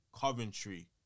coventry